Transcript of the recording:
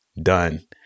done